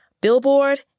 Billboard